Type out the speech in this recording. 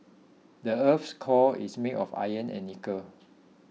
the earth's core is made of iron and nickel